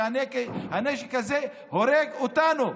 והנשק הזה הורג אותנו,